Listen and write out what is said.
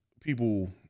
people –